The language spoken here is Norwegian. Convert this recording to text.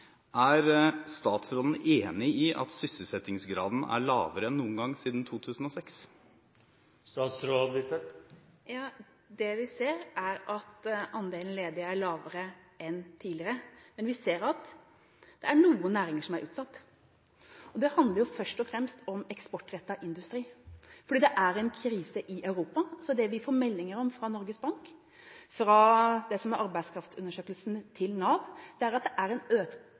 Er statsråden enig i at sysselsettingsgraden er lavere enn noen gang siden 2006? Ja, det vi ser, er at andelen ledige er lavere enn tidligere. Men vi ser at noen næringer er utsatt, og det gjelder først og fremst den eksportrettede industrien, fordi det er en krise i Europa. Det vi får meldinger om fra Norges Bank, fra det som er arbeidskraftundersøkelsen til Nav, er at det er økning i arbeidsplasser innenfor alle næringer, men at det er